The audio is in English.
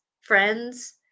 friends